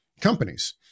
companies